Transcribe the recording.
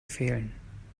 fehlen